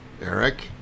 Eric